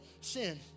sin